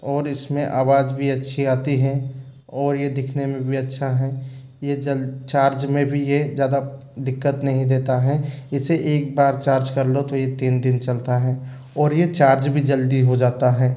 और इस में आवाज़ भी अच्छी आती है और यह दिखने में भी अच्छा है ये जल चार्ज में भी ये ज़्यादा दिक्कत नहीं देता है इसे एक बार चार्ज कर लो तो ये तीन दिन चलता है और यह चार्ज भी जल्दी हो जाता है